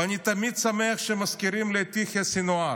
ואני תמיד שמח שמזכירים לי את הנייה,